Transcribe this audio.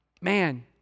man